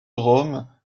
rome